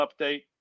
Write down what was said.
update